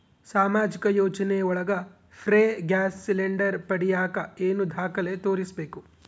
ಸಾಮಾಜಿಕ ಯೋಜನೆ ಒಳಗ ಫ್ರೇ ಗ್ಯಾಸ್ ಸಿಲಿಂಡರ್ ಪಡಿಯಾಕ ಏನು ದಾಖಲೆ ತೋರಿಸ್ಬೇಕು?